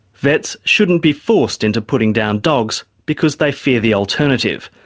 vets shouldn't be forced into putting down dogs because they fear the alternative,